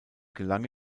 gelang